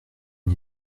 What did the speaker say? une